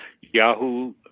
Yahoo